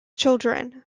children